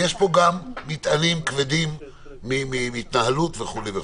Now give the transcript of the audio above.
יש פה גם מטענים כבדים מהתנהלות וכולי.